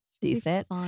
decent